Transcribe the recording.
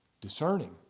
discerning